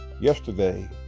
Yesterday